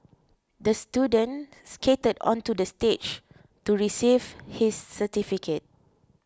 the student skated onto the stage to receive his certificate